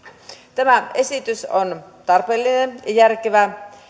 tämä esitys on tarpeellinen ja järkevä